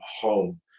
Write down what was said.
home